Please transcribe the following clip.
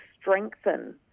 strengthen